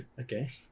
Okay